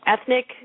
ethnic